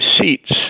seats